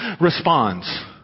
responds